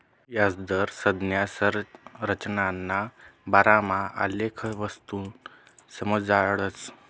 याजदर संज्ञा संरचनाना बारामा आलेखवरथून समजाडतस